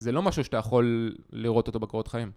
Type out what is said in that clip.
זה לא משהו שאתה יכול לראות אותו בקורות חיים.